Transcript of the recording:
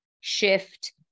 shift